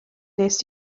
wnest